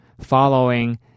following